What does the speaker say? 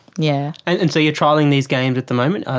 yeah and so you're trialling these games at the moment?